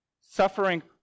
Suffering